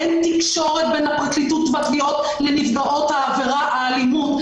אין תקשורת בין הפרקליטות והתביעות לנפגעות עבירת אלימות,